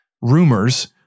Rumors